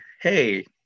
hey